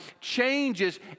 changes